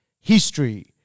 History